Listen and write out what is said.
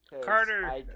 Carter